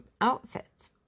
outfits